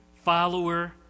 follower